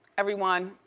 everyone,